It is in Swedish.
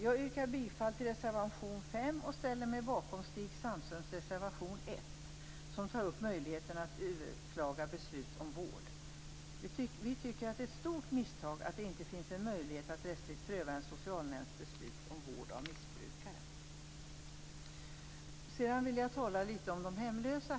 Jag yrkar bifall till reservation 5 och ställer mig bakom Stig Sandströms reservation 1, som tar upp möjligheten att överklaga beslut om vård. Vi tycker att det är ett stort misstag att det inte finns en möjlighet att rättsligt pröva en socialnämnds beslut om vård av missbrukare. Sedan vill jag tala litet om de hemlösa.